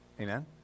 amen